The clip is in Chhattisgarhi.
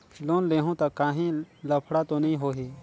लोन लेहूं ता काहीं लफड़ा तो नी होहि?